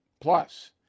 Plus